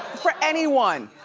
for anyone.